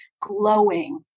glowing